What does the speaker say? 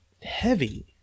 heavy